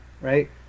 right